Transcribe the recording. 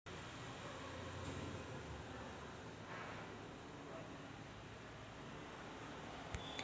travel insurance आणि InsureMyTrip या प्रवासी विमा कंपन्या आहेत